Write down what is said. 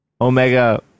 Omega